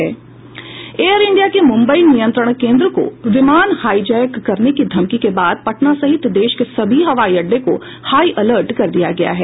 air India के मुम्बई नियंत्रण केंद्र को विमान हाईजेक करने की धमकी के बाद पटना सहित देश के सभी हवाई अड्डों को हाई अलर्ट कर दिया गया है